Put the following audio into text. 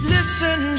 Listen